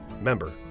Member